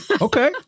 Okay